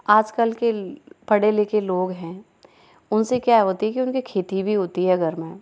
आज कल के पढ़े लिखे लोग हैं उनसे क्या होती कि उनके खेती भी होती है घर में